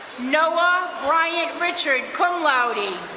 noah brian richard, cum laude.